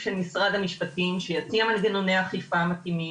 נציג של משרד המשפטים שיתניע מנגנוני אכיפה מתאימים,